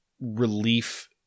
relief